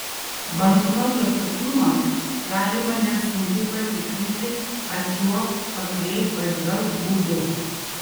banknoto tikrumą galima nesunkiai patikrinti apčiuopk pakreipk pažvelk būdu